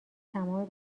تمام